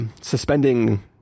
suspending